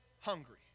hungry